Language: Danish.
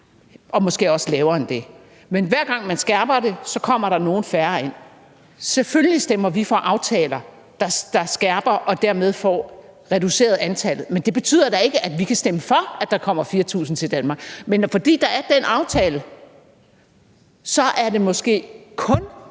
og måske også lavere end det. Men hver gang man skærper det, kommer der nogle færre ind. Selvfølgelig stemmer vi for aftaler, der skærper og dermed får reduceret antallet. Men det betyder da ikke, at vi kan stemme for, at der kommer 4.000 til Danmark. Men fordi der er den aftale, er det måske kun